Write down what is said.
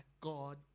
God